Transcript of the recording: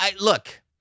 look